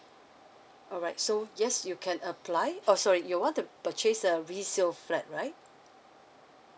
alright so yes you can apply oh sorry you want to purchase a resale flat right